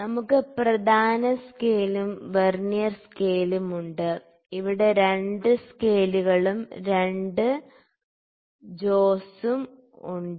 നമുക്ക് പ്രധാന സ്കെയിലും വെർനിയർ സ്കെയിലും ഉണ്ട് ഇവിടെ രണ്ട് സ്കെയിലുകളും 2 ജോസും ഉണ്ട്